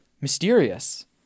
mysterious